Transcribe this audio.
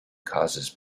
causes